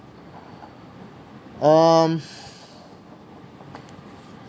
um